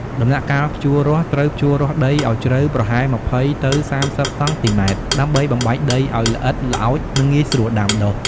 ដំណាក់កាលភ្ជួររាស់ត្រូវភ្ជួររាស់ដីឱ្យជ្រៅប្រហែល ២០ ទៅ ៣០ សង់ទីម៉ែត្រ ដើម្បីបំបែកដីឱ្យល្អិតល្អោច និងងាយស្រួលដាំដុះ។